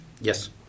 Yes